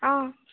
অঁ